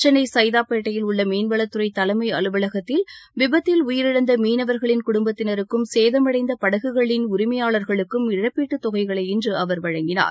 சென்னை சைதாப்பேட்டையில் உள்ள மீன்வளத் துறை தலைம் அலுவலகத்தில் விபத்தில் உயிரிழந்த மீனவர்களின் குடும்பத்தினருக்கும் சேதமடைந்த படகுகளின் உரிமையாளர்களுக்கும் இழப்பீட்டு தொகைகளை இன்று அவர் வழங்கினார்